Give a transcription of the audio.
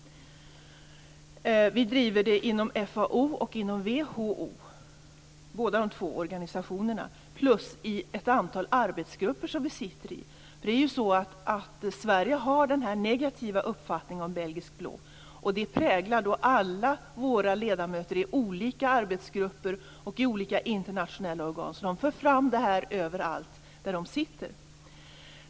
Vi driver det inom FAO och inom WHO, i båda de två organisationerna. Vi driver det också i ett antal arbetsgrupper som vi sitter i. Sverige har ju en negativ uppfattning om belgisk blå, och det präglar alla våra ledamöter i olika arbetsgrupper och i olika internationella organ. De för fram det här överallt där de sitter.